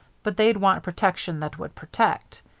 but they'd want protection that would protect.